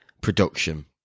production